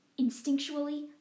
Instinctually